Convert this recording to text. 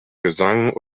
gesang